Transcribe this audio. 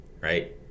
right